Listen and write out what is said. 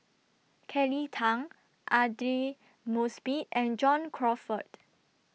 Kelly Tang Aidli Mosbit and John Crawfurd